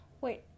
Wait